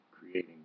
creating